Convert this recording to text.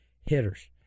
hitters